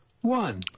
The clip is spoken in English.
one